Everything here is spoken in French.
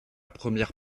première